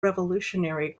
revolutionary